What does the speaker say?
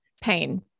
pain